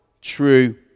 true